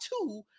two